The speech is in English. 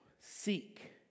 Seek